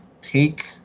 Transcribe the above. take